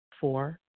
Four